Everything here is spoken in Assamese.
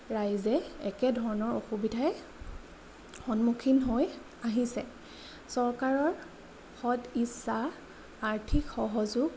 ৰাইজে একেধৰণৰ অসুবিধাই সন্মুখীন হৈ আহিছে চৰকাৰৰ সদ ইচ্ছা আৰ্থিক সহযোগ